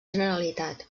generalitat